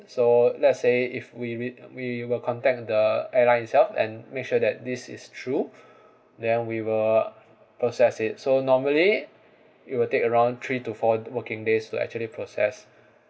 so let's say if we we we will contact the airline itself and make sure that this is true then we will process it so normally it will take around three to four working days to actually process